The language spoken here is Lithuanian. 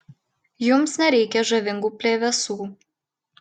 jums nereikia žavingų plevėsų